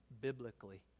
biblically